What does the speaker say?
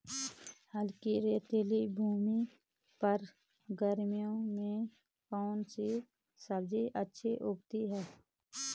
हल्की रेतीली भूमि पर गर्मियों में कौन सी सब्जी अच्छी उगती है?